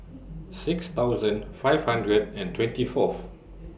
six thousand five hundred and twenty Fourth